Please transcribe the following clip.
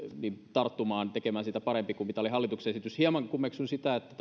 tarttumaan tekemään siitä parempi kuin mitä oli hallituksen esitys hieman kummeksun sitä että